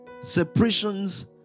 Separations